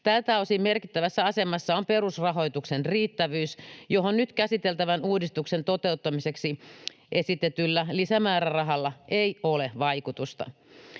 Tältä osin merkittävässä asemassa on perusrahoituksen riittävyys, johon nyt käsiteltävän uudistuksen toteuttamiseksi esitetyllä lisämäärärahalla ei ole vaikutusta.